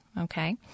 okay